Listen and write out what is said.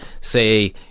say